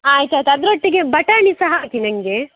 ಆಯ್ತು ಆಯ್ತು ಅದರೊಟ್ಟಿಗೆ ಬಟಾಣಿ ಸಹ ಹಾಕಿ ನನ್ಗೆ